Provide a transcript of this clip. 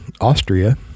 Austria